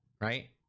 Right